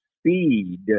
speed